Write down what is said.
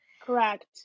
correct